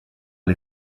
les